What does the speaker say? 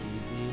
easy